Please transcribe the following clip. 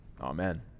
Amen